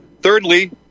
thirdly